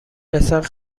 رسد